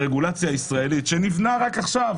הרגולציה הישראלית שנבנה רק עכשיו,